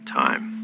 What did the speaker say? time